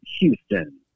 Houston